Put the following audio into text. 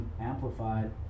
amplified